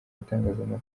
itangazamakuru